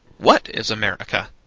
what is america?